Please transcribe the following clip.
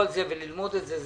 שעלינו ללמוד את זה עוד.